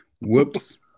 Whoops